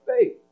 faith